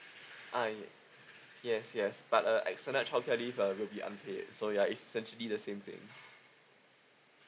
uh yea yes yes but a extended childcare leave uh will be unpaid so ya it's essentially the same thing